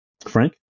Frank